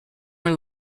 are